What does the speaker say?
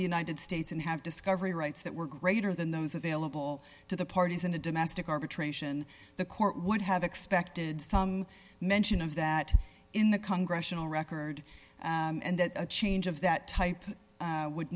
the united states and have discovery rights that were greater than those available to the parties in a domestic arbitration the court would have expected some mention of that in the congress will record and that a change of that type would